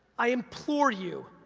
i implore you,